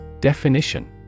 Definition